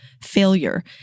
failure